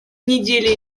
недели